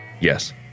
yes